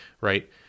right